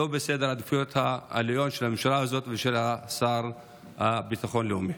עדיין לא בסדר עדיפויות עליון של הממשלה הזאת ושל השר לביטחון לאומי.